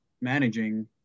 managing